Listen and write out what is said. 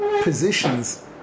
positions